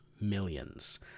millions